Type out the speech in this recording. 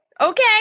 Okay